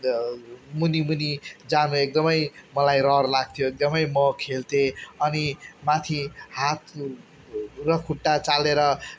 the मुनि मुनि जान एकदम मलाई रहर लाग्थ्यो एकदम म खेल्थेँ अनि माथि हात र खुट्टा चालेर